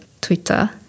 Twitter